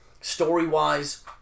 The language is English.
story-wise